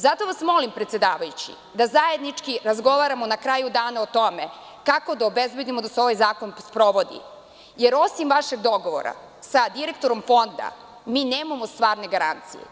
Zato vas molim, predsedavajući, da zajednički razgovaramo na kraju dana o tome kako da obezbedimo da se ovaj zakon sprovodi, jer osim vašeg dogovora sa direktorom Fonda, mi nemamo stvarne garancije.